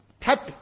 tap